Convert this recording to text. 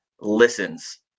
listens